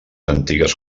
antigues